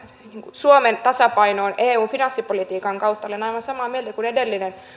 suomen tasapainoon eun finanssipolitiikan kautta olen aivan samaa mieltä kuin edellinen